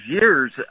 years